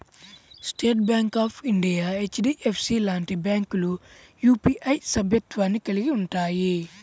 state Bank of India, HDFC లాంటి బ్యాంకులు UPI సభ్యత్వాన్ని కలిగి ఉంటయ్యి